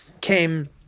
came